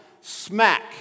Smack